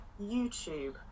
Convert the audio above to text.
YouTube